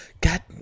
God